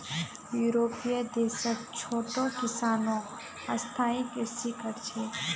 यूरोपीय देशत छोटो किसानो स्थायी कृषि कर छेक